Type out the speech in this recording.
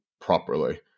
properly